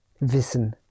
Wissen